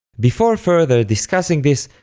before further discussing this,